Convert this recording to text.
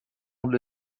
monde